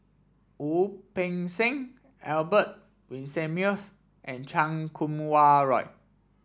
Wu Peng Seng Albert Winsemius and Chan Kum Wah Roy